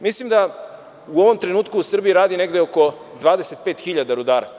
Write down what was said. Mislim da u ovom trenutku u Srbiji radi negde oko 25.000 rudara.